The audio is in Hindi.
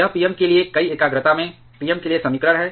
यह Pm के लिए कई एकाग्रता में Pm के लिए समीकरण है